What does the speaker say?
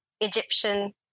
Egyptian